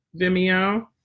Vimeo